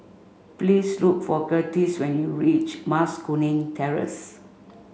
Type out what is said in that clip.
please look for Curtiss when you reach Mas Kuning Terrace